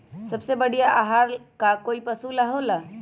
सबसे बढ़िया आहार का होई पशु ला?